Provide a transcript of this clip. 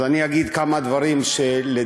אז אני אגיד כמה דברים שלדעתי,